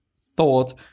thought